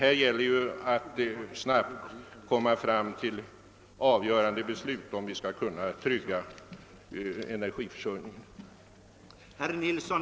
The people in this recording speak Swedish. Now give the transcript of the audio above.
Här gäller det att snabbt komma fram till ett avgörande beslut för att vi skall kunna trygga energiförsörjningen.